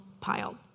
pile